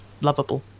lovable